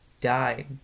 died